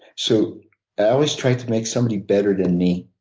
so i always try to make somebody better than me,